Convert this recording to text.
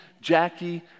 Jackie